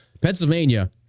Pennsylvania